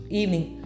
evening